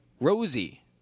Rosie